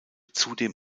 zudem